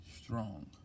strong